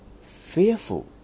fearful